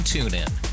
TuneIn